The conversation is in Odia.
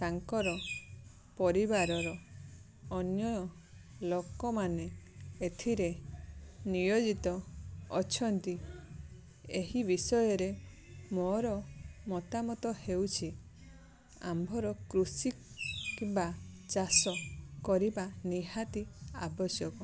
ତାଙ୍କର ପରିବାରର ଅନ୍ୟ ଲୋକମାନେ ଏଥିରେ ନିୟୋଜିତ ଅଛନ୍ତି ଏହି ବିଷୟରେ ମୋର ମତାମତ ହେଉଛି ଆମ୍ଭର କୃଷି କିମ୍ବା ଚାଷ କରିବା ନିହାତି ଆବଶ୍ୟକ